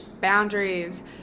boundaries